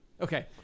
Okay